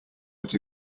but